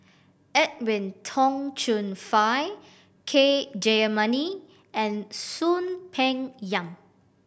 Edwin Tong Chun Fai K Jayamani and Soon Peng Yam